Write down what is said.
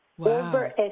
Over